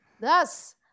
Thus